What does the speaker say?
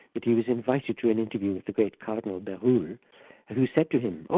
that he was invited to an interview with the great cardinal, berulle who said to him,